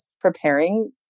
preparing